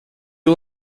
you